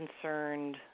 concerned